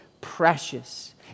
precious